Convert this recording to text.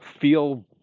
feel